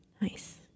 Nice